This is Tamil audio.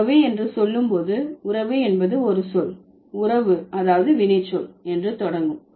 உறவு என்று சொல்லும் போது உறவு என்பது ஒரு சொல் உறவு அதாவது வினைச்சொல் என்று தொடங்கும்